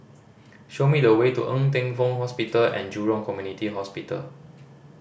show me the way to Ng Teng Fong Hospital And Jurong Community Hospital